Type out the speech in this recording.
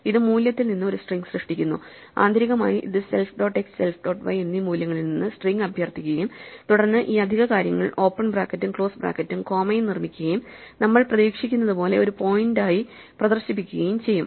ഇത് മൂല്യത്തിൽ നിന്ന് ഒരു സ്ട്രിംഗ് സൃഷ്ടിക്കുന്നു ആന്തരികമായിഇത് self dot x self dot y എന്നീ മൂല്യങ്ങളിൽ നിന്ന് സ്ട്രിംഗ് അഭ്യർത്ഥിക്കുകയും തുടർന്ന് ഈ അധിക കാര്യങ്ങൾ ഓപ്പൺ ബ്രാക്കറ്റും ക്ലോസ് ബ്രാക്കറ്റും കോമയും നിർമ്മിക്കുകയും നമ്മൾ പ്രതീക്ഷിക്കുന്നതുപോലെ ഒരു പോയിന്റായി പ്രദർശിപ്പിക്കുകയും ചെയ്യും